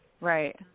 Right